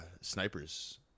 snipers